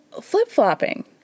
flip-flopping